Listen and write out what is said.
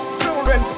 children